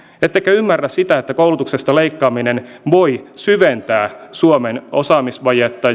ettekö ymmärrä sitä että koulutuksesta leikkaaminen voi syventää suomen osaamisvajetta